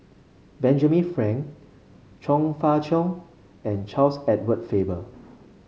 Benjamin Frank Chong Fah Cheong and Charles Edward Faber